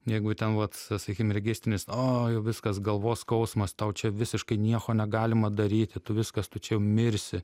jeigu ten vat tas sakykim registrinis o jau viskas galvos skausmas tau čia visiškai nieko negalima daryti tu viskas tu čia mirsi